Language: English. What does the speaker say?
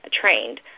trained